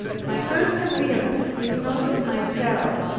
my perseverance is not of myself,